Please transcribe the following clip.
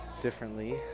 differently